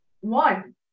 one